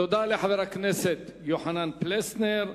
תודה לחבר הכנסת יוחנן פלסנר.